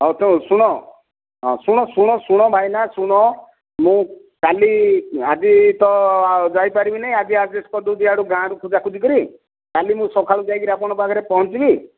ହଉ ଶୁଣ ଶୁଣ ହଁ ଶୁଣ ଶୁଣ ଶୁଣ ଭାଇନା ଶୁଣ ମୁଁ କାଲି ଆଜି ତ ଯାଇପାରିବିନି ଆଜି ଆଡ଼ଜେଷ୍ଟ କରିଦେଉଛି ଇଆଡୁ ଗାଁ ରୁ ଖୋଜାଖୋଜି କରି କାଲି ମୁଁ ସକାଳୁ ଯାଇକି ଆପଣଙ୍କ ପାଖରେ ପହଁଞ୍ଚିବି